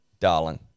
Darling